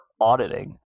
auditing